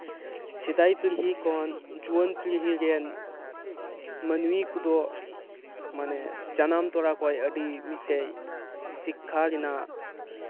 ᱥᱮᱫᱟᱭ ᱯᱤᱲᱦᱤ ᱠᱷᱚᱱ ᱡᱩᱣᱟᱹᱱ ᱯᱤᱲᱦᱤ ᱨᱮᱱ ᱢᱟᱹᱱᱢᱤ ᱠᱚᱫᱚ ᱢᱟᱱᱮ ᱡᱟᱱᱟᱢ ᱛᱳᱨᱟ ᱠᱷᱚᱡ ᱢᱟᱱᱮ ᱟᱹᱰᱤ ᱢᱤᱫᱴᱮᱡ ᱥᱤᱠᱷᱱᱟᱹᱛ ᱨᱮᱱᱟᱜ